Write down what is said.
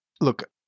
look